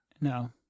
No